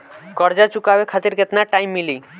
कर्जा चुकावे खातिर केतना टाइम मिली?